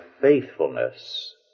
faithfulness